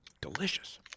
Delicious